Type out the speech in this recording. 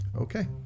Okay